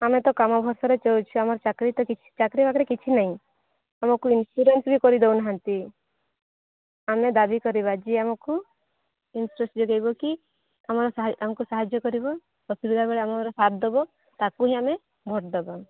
ଆମେ ତ କାମ ଭରସାରେ ଚଳୁଛୁ ଆମର ତ ଚାକିରି ତ କିଛି ଚାକିରି ବାକିରି କିଛି ନାହିଁ ଆମକୁ ଇନ୍ସୁରାନ୍ସ ବି କରେଇ ଦେଉନାହାଁନ୍ତି ଆମେ ଦାବି କରିବା ଯିଏ ଆମକୁ କି ଆମ ଆମକୁ ସାହାଯ୍ୟ କରିବ ଅସୁବିଧା ବେଳେ ଆମର ସାଥ ଦେବ ତାକୁ ହିଁ ଆମେ ଭୋଟ ଦେବା